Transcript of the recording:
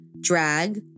drag